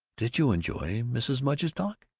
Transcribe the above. did you enjoy mrs. mudge's talk?